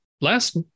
Last